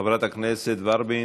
חברת הכנסת ורבין,